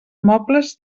mobles